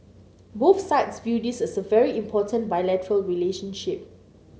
both sides view this as a very important bilateral relationship